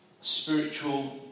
spiritual